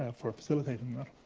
ah for facilitating that.